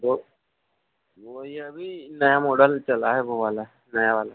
वो वो ये अभी नया मॉडल चला है वो वाला नया वाला